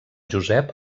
josep